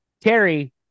Terry